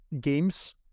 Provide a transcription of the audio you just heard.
games